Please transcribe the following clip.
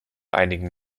einigen